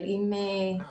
אבל אם תחליטו.